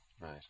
Right